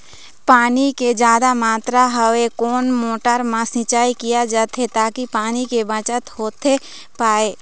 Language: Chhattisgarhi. पानी के जादा मात्रा हवे कोन मोटर मा सिचाई किया जाथे ताकि पानी के बचत होथे पाए?